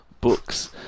books